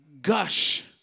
gush